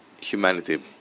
humanity